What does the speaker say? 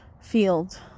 field